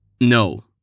No